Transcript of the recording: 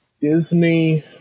Disney